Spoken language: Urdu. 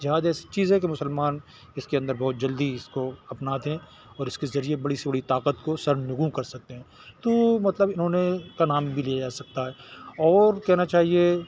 جہاد ایسی چیز ہے کہ مسلمان اس کے اندر بہت جلدی اس کو اپناتے ہیں اور اس کے ذریعے بڑی سے بڑی طاقت کو سر نگوں کر سکتے ہیں تو مطلب انہوں نے ان کا نام بھی لیا جا سکتا ہے اور کہنا چاہیے